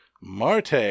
Marte